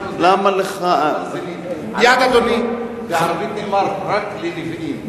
אוזנך, בערבית, נאמר רק לנביאים.